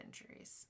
injuries